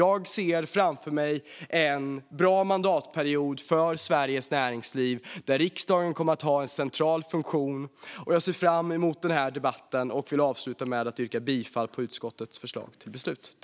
Jag ser framför mig en bra mandatperiod för Sveriges näringsliv där riksdagen har en central funktion, och jag ser fram emot debatten. Jag vill avsluta med att yrka bifall till utskottets förslag till beslut.